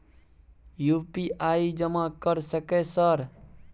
UPI जमा कर सके सर?